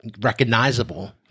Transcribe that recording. recognizable